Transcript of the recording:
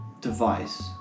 device